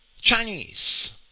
Chinese